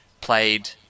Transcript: played